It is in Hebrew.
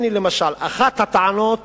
למשל, אחת הטענות